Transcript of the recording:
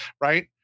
right